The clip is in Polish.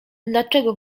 dlaczego